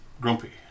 grumpy